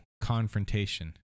confrontation